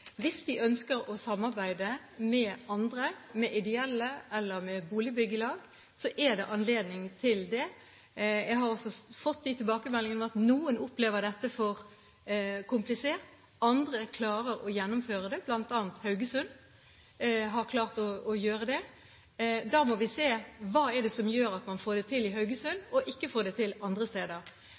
Hvis de ønsker å samarbeide med andre – med ideelle eller med boligbyggelag – er det anledning til det. Jeg har også fått tilbakemeldinger om at noen opplever dette som for komplisert. Andre klarer å gjennomføre det – bl.a. Haugesund har klart å gjøre det. Da må vi se på hva det er som gjør at man får det til i Haugesund, mens man ikke får det til andre steder.